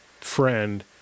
friend